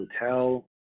hotel